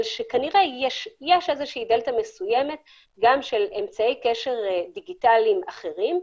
אבל שכנראה יש דלתא מסוימת גם של אמצעי קשר דיגיטליים אחרים,